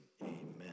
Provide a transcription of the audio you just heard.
Amen